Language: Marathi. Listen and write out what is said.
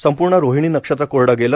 संपूर्ण रोहिणी नक्षेत्र कोरडं गेलं